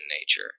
nature